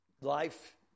life